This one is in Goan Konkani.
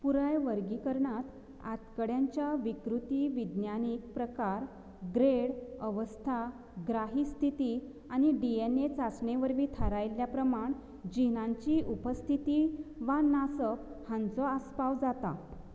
पुराय वर्गीकरणांत आंतकड्यांच्या विकृती विज्ञानीक प्रकार ग्रेड अवस्था ग्राही स्थिती आनी डी एन ए चांचणे वरवीं थारायल्ल्या प्रमाण जिवनांची उपस्थिती वा नासप हांचो आस्पाव जाता